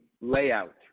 layout